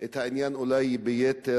את העניין ביתר